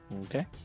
Okay